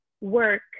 work